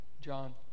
John